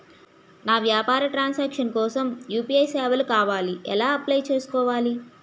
నా వ్యాపార transaction కోసం యు.పి.ఐ సేవలు కావాలి ఎలా అప్లయ్ చేసుకోవాలి?